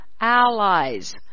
allies